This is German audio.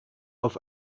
auf